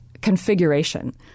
configuration